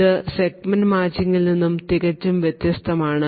ഇത് സെഗ്മെന്റ് മച്ചിങ്ങിൽ നിന്നു തികച്ചും വ്യത്യസ്തമാണ്